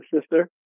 sister